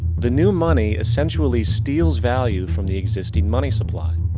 the new money essentially steals value from the existing money supply.